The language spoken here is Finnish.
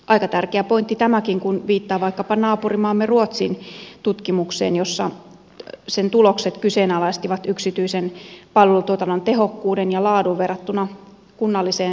aika tärkeä pointti tämäkin kun viittaa vaikkapa naapurimaamme ruotsin tutkimukseen jonka tulokset kyseenalaistivat yksityisen palveluntuotannon tehokkuuden ja laadun verrattuna kunnalliseen julkiseen toimintaan